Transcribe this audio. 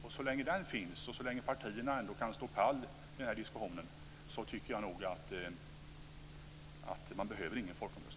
Och så länge den finns, och så länge partierna ändå kan stå pall i den här diskussionen, så tycker jag nog att man inte behöver någon folkomröstning.